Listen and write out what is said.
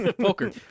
Poker